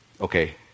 okay